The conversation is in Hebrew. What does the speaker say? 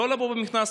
לא לבוא במכנסיים.